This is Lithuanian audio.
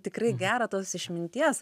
tikrai gera tos išminties